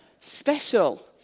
special